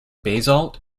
basalt